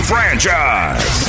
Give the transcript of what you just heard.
Franchise